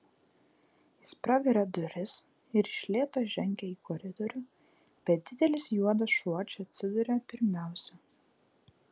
jis praveria duris ir iš lėto žengia į koridorių bet didelis juodas šuo čia atsiduria pirmiausia